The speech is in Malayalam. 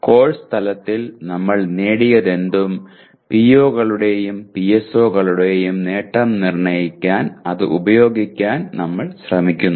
കോഴ്സ് തലത്തിൽ നമ്മൾ നേടിയതെന്തും PO കളുടെയും PSO കളുടെയും നേട്ടം നിർണ്ണയിക്കാൻ അത് ഉപയോഗിക്കാൻ നമ്മൾ ശ്രമിക്കുന്നു